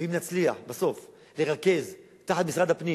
ואם נצליח בסוף לרכז תחת משרד הפנים